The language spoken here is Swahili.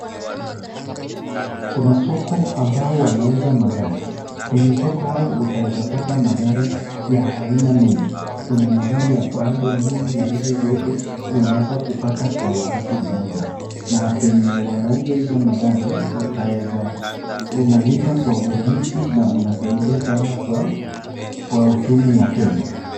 Kuna soko ambaye wanauza magari, penye soko watapa magari ya aina mingi, kuna magari ya Prado nini na hizo zote, unaeza kupata kwa wakati moja na penye wanauzaa hiyo magari utaeza utalipa kwa huraisi na unasaidia kwa ujumi ya kenya.